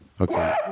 Okay